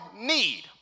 need